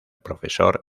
profesor